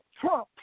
Trump